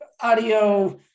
audio